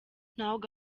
ntabwo